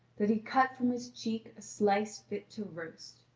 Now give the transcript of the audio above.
that he cut from his cheek a slice fit to roast.